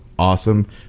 awesome